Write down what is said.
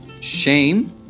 shame